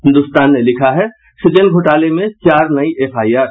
हिन्दुस्तान ने लिखा है सूजन घोटाले में चार नयी एफआईआर